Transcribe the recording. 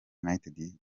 utd